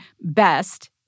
best